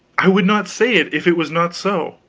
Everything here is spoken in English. i would not say it if it was not so.